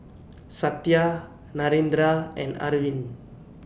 Satya Narendra and Arvind